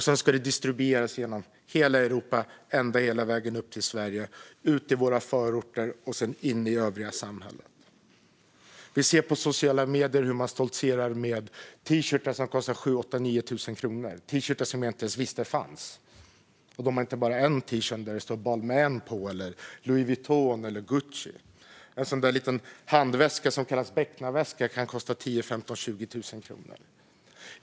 Sedan ska det distribueras genom hela Europa, hela vägen ända upp till Sverige, ut till våra förorter och sedan in i övriga samhället. Vi ser på sociala medier hur man stoltserar med t-shirtar som kostar 7 000-9 000 kronor, t-shirtar som jag inte ens visste fanns. De har inte bara en t-shirt som det står Balmain, Louis Vuitton eller Gucci på. En sådan där liten handväska som kallas för becknarväska kan kosta 10 000-20 000 kronor.